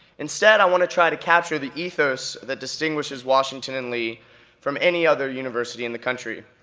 instead, i wanna try to capture the ethos that distinguishes washington and lee from any other university in the country,